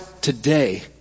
today